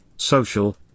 social